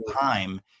time